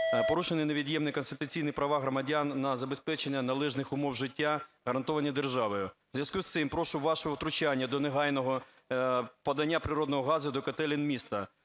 Порушено невід'ємні конституційні права громадян на забезпечення належних умов життя, гарантовані державою. У зв'язку з цим прошу вашого втручання до негайного подання природного газу до котелень міста.